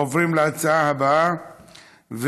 עוברים להצעה הבאה,